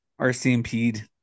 RCMP'd